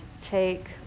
take